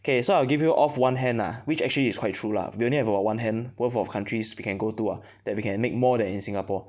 okay so I'll give you off one hand lah which actually is quite true lah we only have about one hand worth of countries we can go to ah that we can make more than in Singapore